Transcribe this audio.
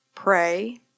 Pray